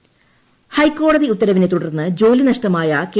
panel ഹൈക്കോടതി ഉത്തരവിനെ തുടർന്ന് ജോലി നഷ്ടമായ കെ